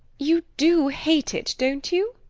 you do hate it, don't you?